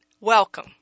Welcome